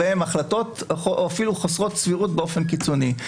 והן החלטות אפילו חסרות סבירות באופן קיצוני.